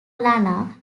lana